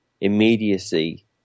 immediacy